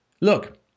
look